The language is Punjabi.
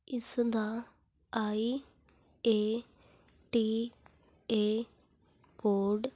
ਇਸਦਾ I A T A code